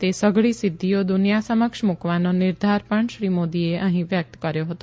તે સઘળી સિધ્ધિઓ દ્રનિયા સમક્ષ મૂકવાનો નિર્ધાર પણ શ્રી મોદીએ અહી વ્યક્ત કર્યો હતો